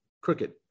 crooked